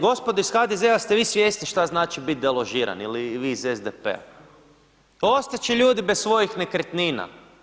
Gospodo iz HDZ ste vi svjesni šta znači biti deložiran ili vi iz SDP-a, ostat će ljudi bez svojih nekretnina.